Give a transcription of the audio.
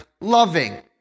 loving